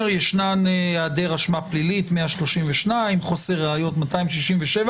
132 מהיעדר אשמה פלילית, 267 מחוסר ראיות,